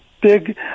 big